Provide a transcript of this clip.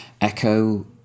Echo